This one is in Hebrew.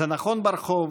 זה נכון ברחוב,